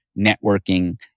networking